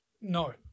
No